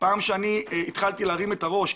כשאני התחלתי להרים את הראש,